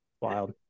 wild